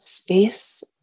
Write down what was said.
Space